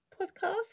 podcast